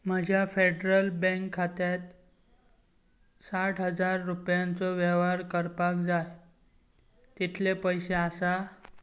म्हज्या Federal Bank खात्यांत साठ हजार रुपयांचो वेव्हार करपाक जाय तितले पयशे आसा